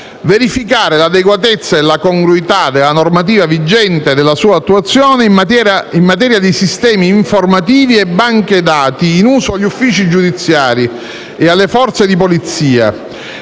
verificare l'adeguatezza e la congruità della normativa vigente e della sua attuazione in materia di sistemi informativi e banche dati in uso agli uffici giudiziari e alle Forze di polizia.